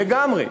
לגמרי,